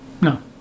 No